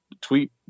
tweet